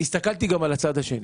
הסתכלתי גם על הצד השני